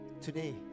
Today